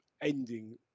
ending